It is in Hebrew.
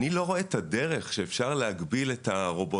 אני לא רואה את הדרך שאפשר להגביל את הרובוט.